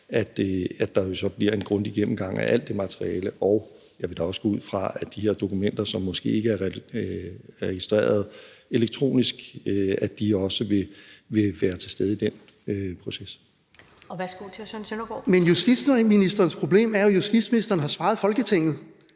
at der så bliver en grundig gennemgang af alt det materiale, og jeg vil da også gå ud fra, at de her dokumenter, som måske ikke er registreret elektronisk, også vil være til stede i den proces. Kl. 13:30 Første næstformand (Karen Ellemann): Værsgo til hr. Søren Søndergaard.